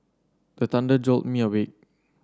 the thunder jolt me awake